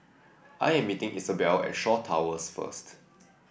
I am meeting Isobel at Shaw Towers first